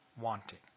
wanting